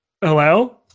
hello